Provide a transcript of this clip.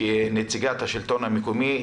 תשתתפי כנציגת השלטון המקומי.